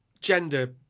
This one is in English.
gender